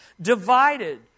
Divided